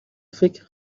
فکر